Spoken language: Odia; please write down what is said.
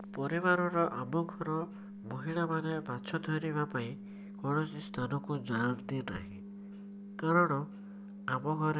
ପରିବାରର ଆମ ଘର ମହିଳାମାନେ ମାଛ ଧରିବା ପାଇଁ କୌଣସି ସ୍ତାନକୁ ଯାଆନ୍ତି ନାହିଁ କାରଣ ଆମ ଘରେ